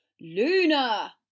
Luna